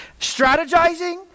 strategizing